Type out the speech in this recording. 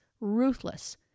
ruthless